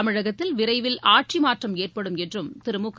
தமிழகத்தில் விரைவில் ஆட்சி மாற்றம் ஏற்படும் என்றும் திரு முக